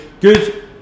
good